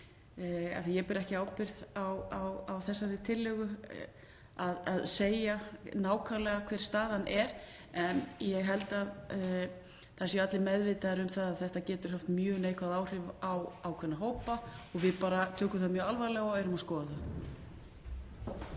að ég ber ekki ábyrgð á þessari tillögu, að segja nákvæmlega hver staðan er. En ég held að það séu allir meðvitaðir um að þetta getur haft mjög neikvæð áhrif á ákveðna hópa og við tökum það mjög alvarlega og erum að skoða það.